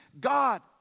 God